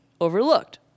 overlooked